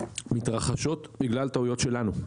מתרחשות בגלל טעויות שלנו,